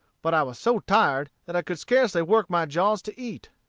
but i was so tired that i could scarcely work my jaws to eat.